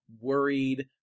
worried